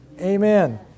amen